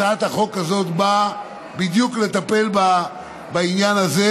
הצעת החוק הזאת באה בדיוק לטפל בעניין הזה,